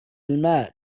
المال